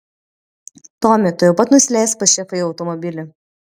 tomi tuojau pat nusileisk pas šefą į automobilį